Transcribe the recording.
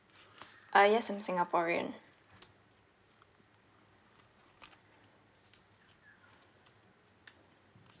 uh yes I'm singaporean